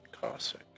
Cossack